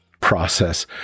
process